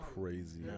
crazy